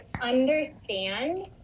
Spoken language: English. understand